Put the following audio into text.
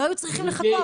לא היו צריכים לחכות.